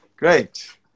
Great